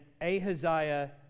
Ahaziah